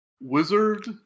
wizard